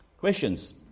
Questions